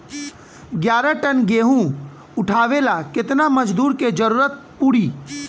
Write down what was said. ग्यारह टन गेहूं उठावेला केतना मजदूर के जरुरत पूरी?